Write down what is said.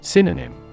Synonym